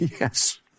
Yes